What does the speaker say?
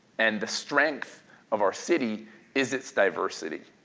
and the strength of our city is its diversity.